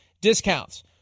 discounts